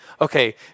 okay